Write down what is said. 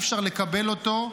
אי-אפשר לקבל אותו.